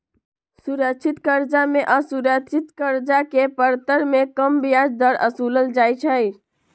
सुरक्षित करजा में असुरक्षित करजा के परतर में कम ब्याज दर असुलल जाइ छइ